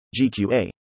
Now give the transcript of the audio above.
GQA